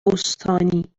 استانی